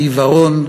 העיוורון,